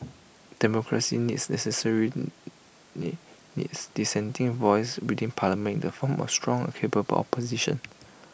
democracy needs necessarily needs dissenting voices within parliament in the form of A strong A capable opposition